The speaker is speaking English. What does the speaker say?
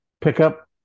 Pickup